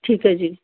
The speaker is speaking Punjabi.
ਠੀਕ ਹੈ ਜੀ